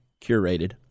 curated